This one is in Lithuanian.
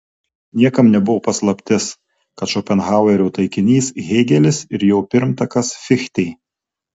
niekam nebuvo paslaptis kad šopenhauerio taikinys hėgelis ir jo pirmtakas fichtė